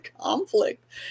conflict